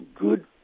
good